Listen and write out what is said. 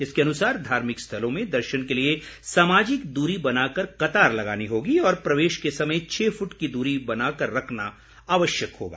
इसके अनुसार धार्मिक स्थलों में दर्शन के लिए सामाजिक दूरी बनाकर कतार लगानी होगी और प्रवेश के समय छह फुट की दूरी बनाकर रखना जरूरी होगा